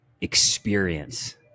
experience